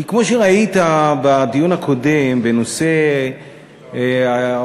כי כמו שראית בדיון הקודם בנושא היציאה